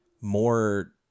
more